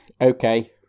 Okay